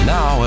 Now